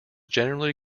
generally